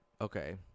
Okay